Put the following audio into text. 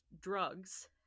drugs